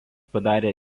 padarė